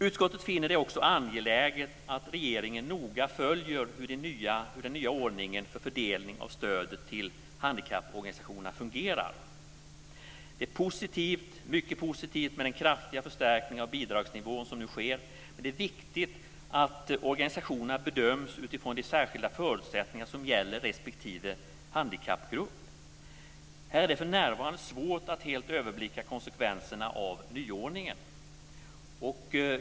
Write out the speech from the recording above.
Utskottet finner det också angeläget att regeringen noga följer hur den nya ordningen för fördelningen av stödet till handikapporganisationerna fungerar. Det är mycket positivt med den kraftiga förstärkning av bidragsnivån som nu sker, men det är viktigt att organisationerna bedöms utifrån de särskilda förutsättningar som gäller för respektive handikappgrupp. Här är det för närvarande svårt att helt överblicka konsekvenserna av nyordningen.